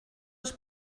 als